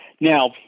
Now